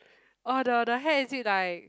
oh the the hair is it like